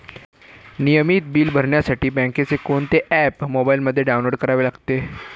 नियमित बिले भरण्यासाठी बँकेचे कोणते ऍप मोबाइलमध्ये डाऊनलोड करावे लागेल?